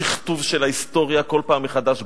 שכתוב של ההיסטוריה כל פעם מחדש.